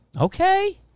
Okay